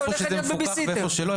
איפה שזה מפוקח ואיפה שלא?